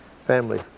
family